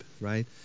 right